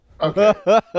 Okay